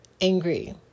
angry